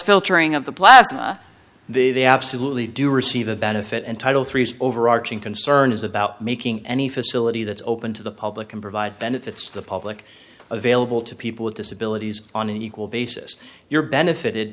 filtering of the blast the they absolutely do receive a benefit and title three overarching concerns about making any facility that's open to the public can provide benefits to the public available to people with disabilities on an equal basis you're benefited